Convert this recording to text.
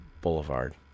boulevard